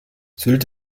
sylt